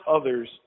others